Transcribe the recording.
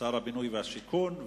שר הבינוי והשיכון,